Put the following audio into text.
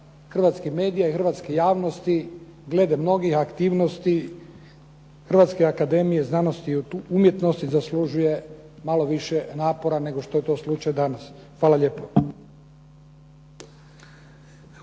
hrvatskih medija i hrvatske javnosti glede mnogih aktivnosti, Hrvatske akademije znanosti i umjetnosti zaslužuje malo više napora nego što je to slučaj danas. Hvala lijepo.